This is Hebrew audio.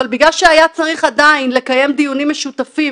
אבל בגלל שהיה צריך עדיין לקיים דיונים משותפים